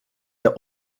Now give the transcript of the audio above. der